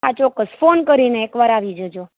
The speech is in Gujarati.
હા ચોક્કસ તો ફોન કરીને એકવાર આવી જજો